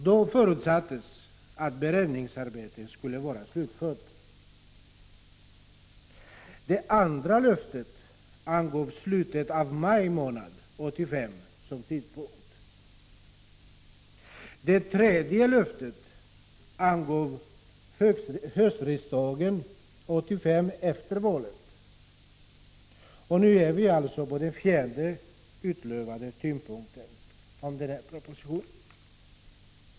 Det förutsattes att beredningsarbetet då skulle vara slutfört. I det andra löftet angavs slutet av maj månad 1985 som tidpunkt för propositionens framläggande. I det tredje löftet angavs höstriksdagen 1985 efter valet, och nu har vi alltså för fjärde gången utlovats en tidpunkt för propositionens framläggande.